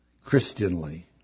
Christianly